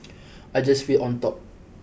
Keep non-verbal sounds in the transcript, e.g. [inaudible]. [noise] I just feel on top